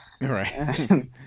right